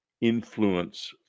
influence